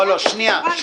שנייה.